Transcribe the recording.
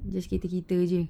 just kita kita jer